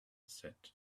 set